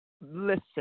Listen